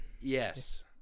Yes